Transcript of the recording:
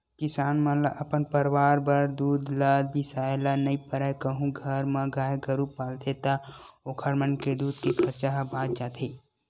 किसान मन ल अपन परवार बर दूद ल बिसाए ल नइ परय कहूं घर म गाय गरु पालथे ता ओखर मन के दूद के खरचा ह बाच जाथे